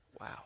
Wow